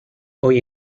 hoy